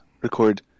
record